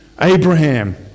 Abraham